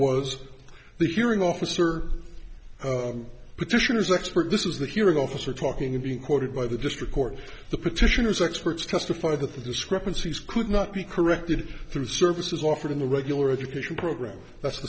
was the hearing officer petitioners expert this is the hearing officer talking and being quoted by the district court the petitioners experts testified that the discrepancies could not be corrected through services offered in the regular education program that's